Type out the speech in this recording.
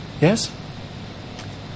Yes